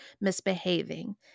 misbehaving